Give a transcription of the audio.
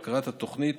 והכרת התוכנית